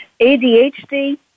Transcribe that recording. ADHD